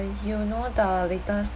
you know the latest